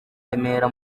remera